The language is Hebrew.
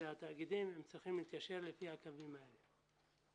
והתאגידים, הם צריכים להתיישר לפי הקווים האלה.